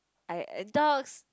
I uh dogs